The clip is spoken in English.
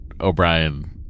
O'Brien